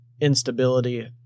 instability